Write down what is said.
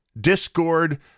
Discord